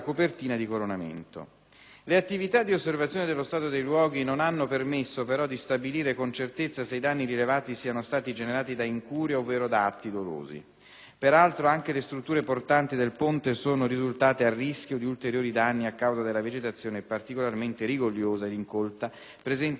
Le attività di osservazione dello stato dei luoghi non hanno permesso, però, di stabilire con certezza se i danni rilevati siano stati generati da incuria ovvero da atti dolosi. Peraltro, anche le strutture portanti del ponte sono risultate a rischio di ulteriori danni a causa della vegetazione particolarmente rigogliosa ed incolta presente lungo gli argini del fiume.